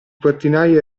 portinaio